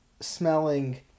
smelling